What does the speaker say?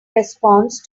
response